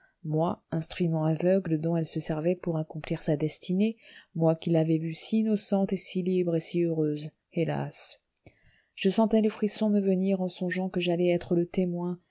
moi instrument aveugle dont elle se servait pour accomplir sa destinée moi qui l'avais vue si innocente et si libre et si heureuse hélas je sentais le frisson me venir en songeant que j'allais être le témoin